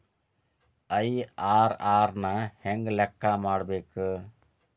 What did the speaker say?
IRR ನ ಹೆಂಗ ಲೆಕ್ಕ ಮಾಡಬೇಕ?